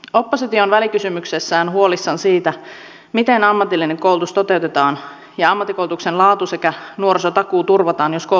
oppositio on välikysymyksessään huolissaan siitä miten ammatillinen koulutus toteutetaan ja ammattikoulutuksen laatu sekä nuorisotakuu turvataan jos koulutuksesta leikataan